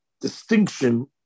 distinction